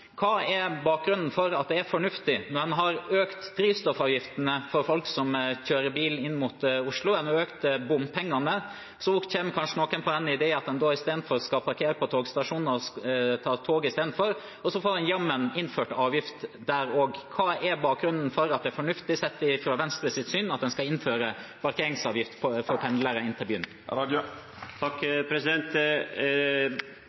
En har økt drivstoffavgiftene for folk som kjører bil inn mot Oslo, en har økt bompengene, og så kommer kanskje noen på at de skal parkere på togstasjonen for å ta toget i stedet, og så får en jammen innført avgift der også. Hva er bakgrunnen for at det er fornuftig, ut fra Venstres syn, å innføre parkeringsavgift for folk som pendler til byen?